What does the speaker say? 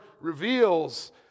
reveals